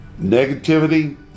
negativity